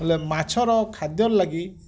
ହେଲେ ମାଛର ଖାଦ୍ୟ ଲାଗି